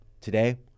Today